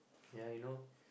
yeah you know